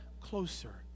closer